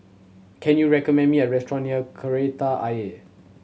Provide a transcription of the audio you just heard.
can you recommend me a restaurant near Kreta Ayer